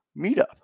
meetup